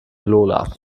lola